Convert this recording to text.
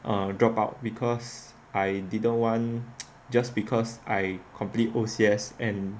um drop out because I didn't want just because I complete O_C_S and